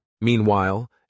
Meanwhile